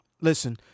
listen